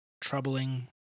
troubling